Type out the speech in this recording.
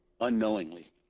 unknowingly